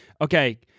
okay